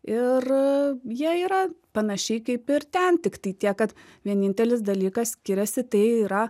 ir jie yra panašiai kaip ir ten tiktai tiek kad vienintelis dalykas skiriasi tai yra